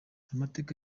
amateka